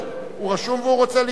הוא רשום והוא רוצה להסתייג.